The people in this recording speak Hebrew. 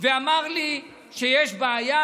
ואמר לי שיש בעיה,